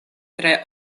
tre